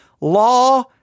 law